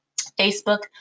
Facebook